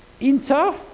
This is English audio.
inter